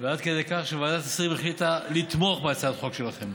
עד כדי כך שוועדת השרים החליטה לתמוך בהצעת החוק שלכם.